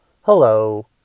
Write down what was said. Hello